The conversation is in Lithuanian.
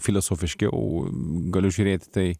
filosofiškiau galiu žiūrėt į tai